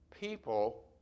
people